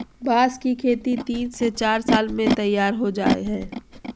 बांस की खेती तीन से चार साल में तैयार हो जाय हइ